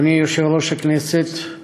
אדוני יושב-ראש הכנסת,